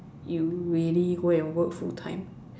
you really go and work full time